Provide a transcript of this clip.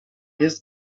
jest